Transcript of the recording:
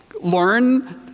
learn